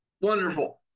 Wonderful